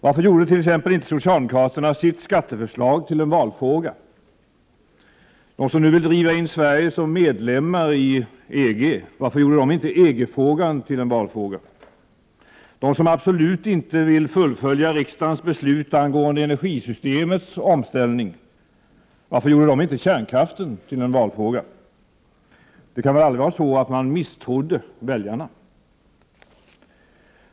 Varför gjorde t.ex. inte socialdemokraterna sitt skatteförslag till en valfråga? De som nu vill driva in Sverige som medlem i EG, varför gjorde de inte EG-frågan till en valfråga? De som absolut inte vill fullfölja riksdagens beslut angående energisystemets omställning, varför gjorde de inte kärnkraften till en valfråga? Det kan väl aldrig vara så att man misstrodde väljarna?